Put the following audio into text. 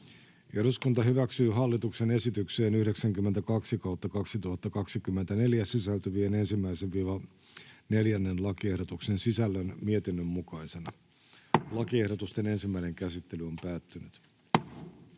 eduskunta hyväksyy hallituksen esitykseen HE 60/2024 sisältyvien 1. ja 2. lakiehdotuksen sisällön mietinnön mukaisena. Lakiehdotusten ensimmäinen käsittely on päättynyt.